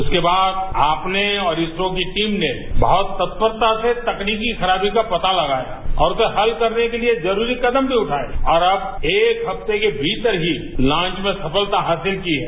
उसके बाद आपने और इसरो की टीम ने बहुत तत्पस्ता से तकनीकी खराबी का पता लगाया और उसे हल करने के लिए जरूरी कदम भी उठाए और अब एक हफ्ते के भीतर ही लॉन्च में सफलता हासिल की है